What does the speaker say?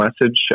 message